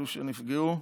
אלו שנפגעו.